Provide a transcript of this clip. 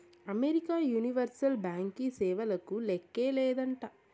America universal బ్యాంకీ సేవలకు లేక్కే లేదంట